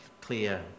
clear